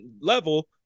level